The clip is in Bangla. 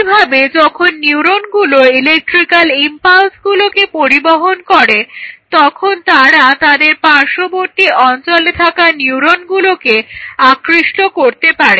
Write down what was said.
একইভাবে যখন নিউরনগুলো ইলেকট্রিক্যাল ইমপালসগুলোকে পরিবহন করে তখন তারা তাদের পার্শ্ববর্তী অঞ্চলে থাকা নিউরনগুলোকে আকৃষ্ট করতে পারে